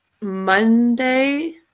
Monday